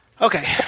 Okay